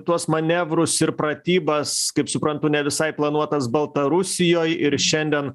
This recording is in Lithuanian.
tuos manevrus ir pratybas kaip suprantu ne visai planuotas baltarusijoj ir šiandien